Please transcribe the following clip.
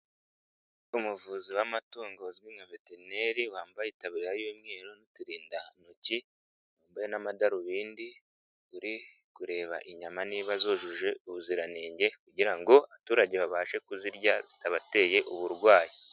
Umuvuzi w'amatungo uzwi nka veteneri wambaye itaburiya y'umweru n'uturindantoki wambaye n'amadarubindi uri kureba inyama niba zujuje ubuziranenge kugirango ngo abaturage babashe kuzirya zitabateye uburwayi.